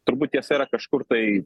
turbūt tiesa yra kažkur tai